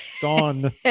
Dawn